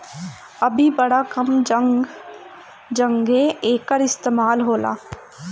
अभी बड़ा कम जघे एकर इस्तेमाल होला